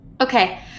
Okay